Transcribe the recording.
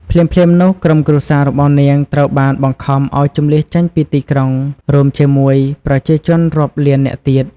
ភ្លាមៗនោះ ក្រុមគ្រួសាររបស់នាងត្រូវបានបង្ខំឲ្យជម្លៀសចេញពីទីក្រុង រួមជាមួយប្រជាជនរាប់លាននាក់ទៀត។